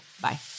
Bye